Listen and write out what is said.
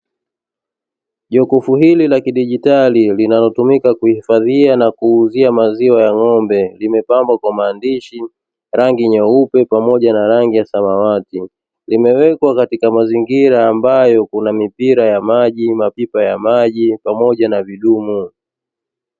Jokofu hili la kidijitali linalotumika kuhifadhia na kuuzia maziwa ya ng'ombe, limepambwa kwa maandishi rangi nyeupe pamoja na rangi ya samawati, limewekwa katika mazingira ambayo kuna mipira ya maji, mapipa ya maji pamoja na vidumu.